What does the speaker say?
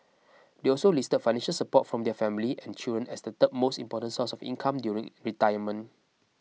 they also listed financial support from their family and children as the third most important source of income during retirement